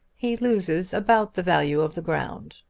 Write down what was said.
he loses about the value of the ground.